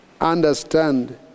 understand